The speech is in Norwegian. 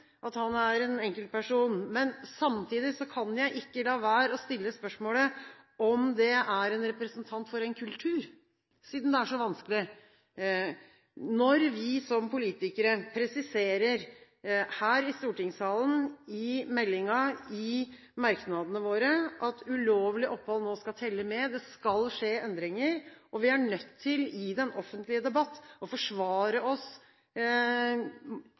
at han er en enkeltperson. Men samtidig kan jeg ikke la være å stille spørsmål om en representant for en kultur synes det er vanskelig, når vi som politikere presiserer her i stortingssalen, i meldingen og i merknadene våre at ulovlig opphold nå skal telle med, det skal skje endringer, at vi er nødt til – i den offentlige debatten – å forsvare oss